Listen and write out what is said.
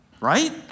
right